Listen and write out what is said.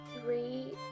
three